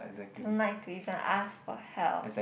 don't like to even ask for help